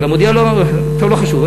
אבל "המודיע" לא, טוב, לא חשוב.